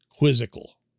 Quizzical